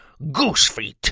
Goosefeet